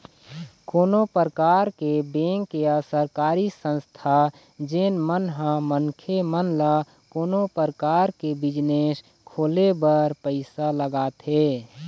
कोनो परकार के बेंक या सरकारी संस्था जेन मन ह मनखे मन ल कोनो परकार के बिजनेस खोले बर पइसा लगाथे